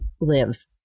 live